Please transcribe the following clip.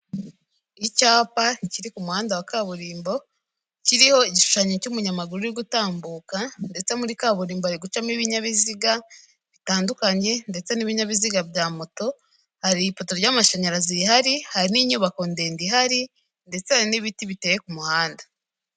Icyapa kiri ku muhanda wa kaburimbo, kiriho igishushanyo cy'umunyamaguru uri gutambuka, ndetse muri kaburimbo hari gucamo ibinyabiziga bitandukanye, ndetse n'ibinyabiziga bya moto, hari ipoto ry'amashanyarazi rihari, hari n'inyubako ndende ihari, ndetse hari n'ibiti biteye ku muhanda.